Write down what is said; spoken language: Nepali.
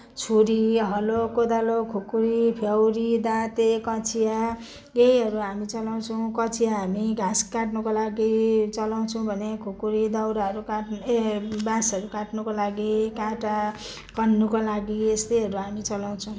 छुरी हलो कोदालो खुकुरी फ्याउरी दाँते कचिया यहीहरू हामी चलाउँछौ कचिया हामी घाँस काट्नको लागि चलाउँछौ भने खुकुरी दाउराहरू काट्न ए बाँसहरू काट्नको लागि काँटा खन्नको लागि यस्तैहरू हामी चलाउँछौ